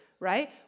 right